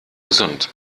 gesund